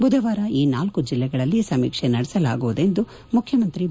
ಬುಧವಾರ ಈ ನಾಲ್ಲು ಜಿಲ್ಲೆಗಳಲ್ಲಿ ಸಮೀಕ್ಷೆ ನಡೆಸಲಾಗುವುದು ಎಂದು ಮುಖ್ಯಮಂತ್ರಿ ಬಿ